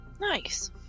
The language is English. Nice